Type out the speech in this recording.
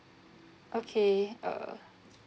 okay uh